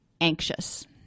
anxious